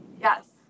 Yes